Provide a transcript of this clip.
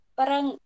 parang